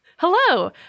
Hello